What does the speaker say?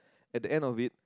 at the end of it